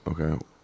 Okay